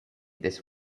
this